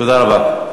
תודה רבה.